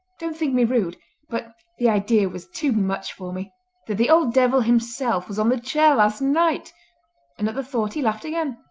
don't think me rude but the idea was too much for me that the old devil himself was on the chair last night and at the thought he laughed again.